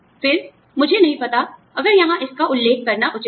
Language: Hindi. फिर मुझे नहीं पता अगर यहां इसका उल्लेख करना उचित है